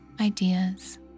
ideas